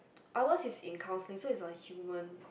ours is in counselling so it's on human